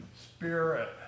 spirit